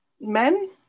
men